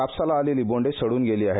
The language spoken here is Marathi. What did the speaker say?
कापसाला आलेली बोंडे सडून गेली आहेत